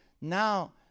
Now